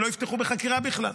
הם לא יפתחו בחקירה בכלל.